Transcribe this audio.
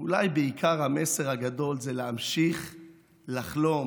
ואולי בעיקר המסר הגדול זה להמשיך לחלום,